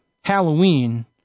Halloween